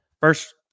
First